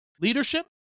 Leadership